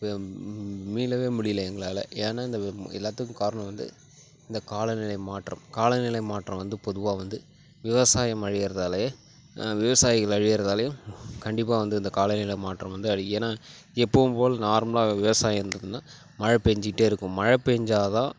மீளவே முடியல எங்களால் ஏன்னா இந்த எல்லாத்துக்கும் காரணம் வந்து இந்த காலநிலை மாற்றம் காலநிலை மாற்றம் வந்து பொதுவாக வந்து விவசாயம் அழியுறதாலே விவசாயிகள் அழியுறதாலையும் கண்டிப்பாக வந்து இந்த காலநிலை மாற்றம் வந்து அழியும் ஏன்னா எப்போவும் போல் நார்மலாக விவசாயம் இருந்துதுன்னா மழை பேஞ்சிக்கிட்டே இருக்கும் மழை பேஞ்சால்தான்